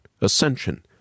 ascension